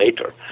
later